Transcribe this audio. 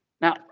Now